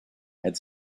had